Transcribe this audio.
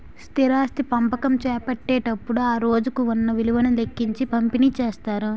స్థిరాస్తి పంపకం చేపట్టేటప్పుడు ఆ రోజుకు ఉన్న విలువను లెక్కించి పంపిణీ చేస్తారు